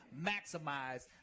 maximize